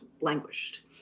languished